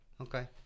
Okay